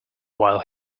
while